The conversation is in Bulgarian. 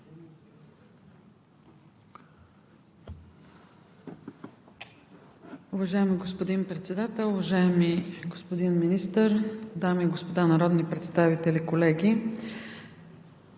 Уважаеми господин Председател, уважаеми господин Министър, дами и господа народни представители, колеги!